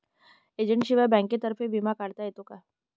एजंटशिवाय बँकेतर्फे विमा काढता येतो का?